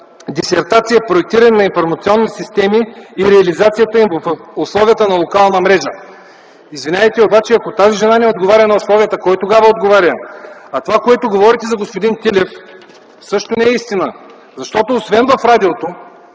дисертация „Проектиране на информационни системи и реализацията им в условията на локална мрежа”. Извинявайте, но ако тази жена не отговаря на условията, кой тогава отговаря?! Това, което говорите за господин Тилев, също не е истина, защото освен в радиото,